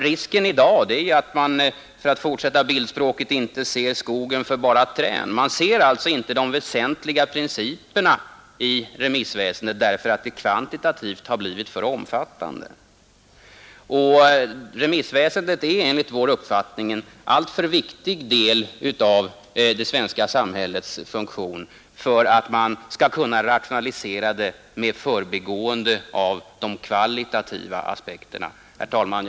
Risken i dag är att man — för att fortsätta bildspråket — inte ser skogen för bara träd. Man ser alltså inte de väsentliga principerna i remissväsendet därför att det kvantitativt har blivit för omfattande. Remissväsendet är enligt vår mening en alltför viktig del av det svenska samhällets funktion för att man skall kunna rationalisera det med förbigående av de kvalitativa aspekterna. Herr talman!